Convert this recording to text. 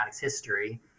history